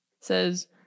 says